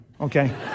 okay